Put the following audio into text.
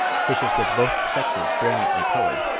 fishes with both sexes brilliantly coloured